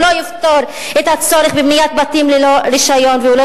הוא לא יפתור את הצורך בבניית בתים ללא רשיון והוא לא